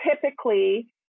typically